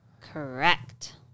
Correct